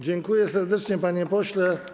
Dziękuję serdecznie, panie pośle.